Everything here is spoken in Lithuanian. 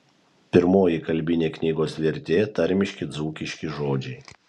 pirmoji kalbinė knygos vertė tarmiški dzūkiški žodžiai